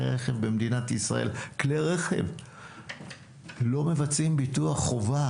רכב במדינת ישראל לא מבצעים ביטוח חובה.